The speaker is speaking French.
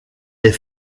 les